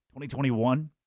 2021